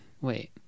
Wait